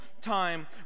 time